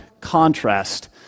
contrast